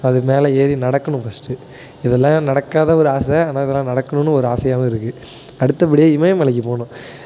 அது மேலே ஏறி நடக்கணும் ஃபஸ்ட்டு இதெல்லாம் நடக்காத ஒரு ஆசை ஆனால் இதெல்லாம் நடக்கணும்னு ஒரு ஆசையாகவும் இருக்குது அடுத்தப்படியாக இமயமலைக்கு போகணும்